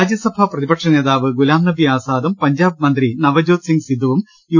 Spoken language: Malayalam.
രാജ്യസഭാ പ്രതിപക്ഷനേതാവ് ഗുലാംനബി ആസാദും പഞ്ചാബ് മന്ത്രി നവജോദ് സിങ് സിദ്ദുവും യു